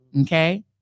Okay